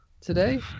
today